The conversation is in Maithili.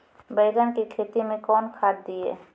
बैंगन की खेती मैं कौन खाद दिए?